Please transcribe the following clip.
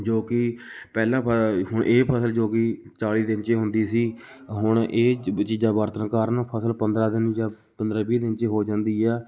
ਜੋ ਕਿ ਪਹਿਲਾਂ ਪ ਹੁਣ ਇਹ ਫਸਲ ਜੋ ਕਿ ਚਾਲੀ ਦਿਨ 'ਚ ਹੁੰਦੀ ਸੀ ਹੁਣ ਇਹ ਚਵ ਚੀਜ਼ਾਂ ਵਰਤਣ ਕਾਰਨ ਫਸਲ ਪੰਦਰਾਂ ਦਿਨ ਜਾਂ ਪੰਦਰਾਂ ਵੀਹ ਦਿਨ 'ਚ ਹੋ ਜਾਂਦੀ ਹੈ